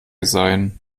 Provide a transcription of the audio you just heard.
sein